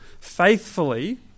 faithfully